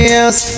else